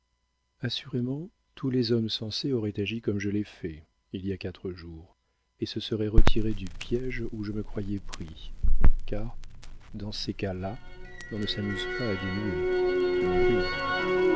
assurément tous les hommes sensés auraient agi comme je l'ai fait il y a quatre jours et se seraient retirés du piége où je me voyais pris car dans ces cas-là l'on ne s'amuse pas à dénouer l'on brise